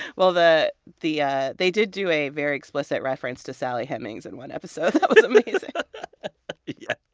well, the the ah they did do a very explicit reference to sally hemmings in one episode. that was amazing yeah,